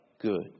good